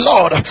Lord